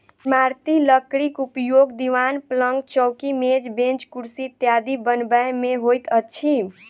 इमारती लकड़ीक उपयोग दिवान, पलंग, चौकी, मेज, बेंच, कुर्सी इत्यादि बनबय मे होइत अछि